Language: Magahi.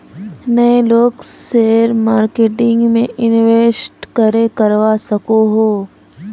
नय लोग शेयर मार्केटिंग में इंवेस्ट करे करवा सकोहो?